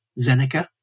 Zeneca